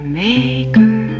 maker